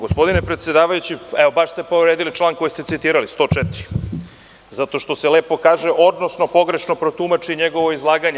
Gospodine predsedavajući, baš ste povredili član koji ste citirali, član 104, zato što se lepo kaže – odnosno pogrešno protumači njegovo izlaganje.